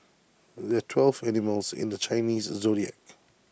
there are twelve animals in the Chinese Zodiac